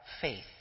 faith